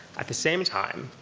at the same time,